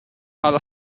alla